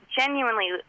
genuinely